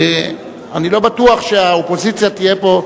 אני לא בטוח שהאופוזיציה תהיה פה,